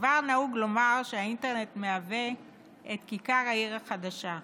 כבר נהוג לומר שהאינטרנט מהווה את כיכר העיר החדשה.